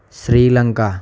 Sri Lanka